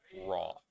raw